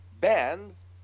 bands